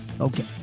Okay